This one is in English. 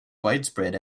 widespread